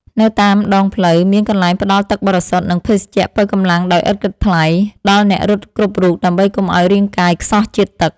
នៅតាមដងផ្លូវមានកន្លែងផ្ដល់ទឹកបរិសុទ្ធ និងភេសជ្ជៈប៉ូវកម្លាំងដោយឥតគិតថ្លៃ ដល់អ្នករត់គ្រប់រូបដើម្បីកុំឱ្យរាងកាយខ្សោះជាតិទឹក។